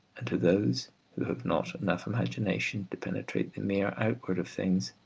and to those who have not enough imagination to penetrate the mere outward of things,